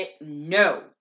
No